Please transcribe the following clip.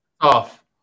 Off